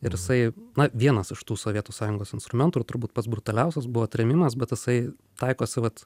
ir jisai na vienas iš tų sovietų sąjungos instrumentų ir turbūt pats brutaliausias buvo trėmimas bet jisai taikosi vat